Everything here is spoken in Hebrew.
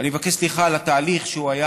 אני מבקש סליחה על התהליך, שהיה